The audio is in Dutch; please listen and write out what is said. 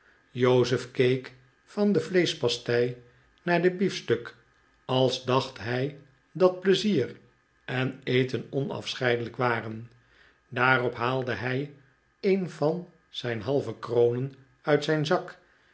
jozef keek van de vleeschpastei naar de biefstuk als dacht hij dat pleizier en eten onafscheidelijk waren daarop haalde hij een van zijn halve kronen uit zijn zak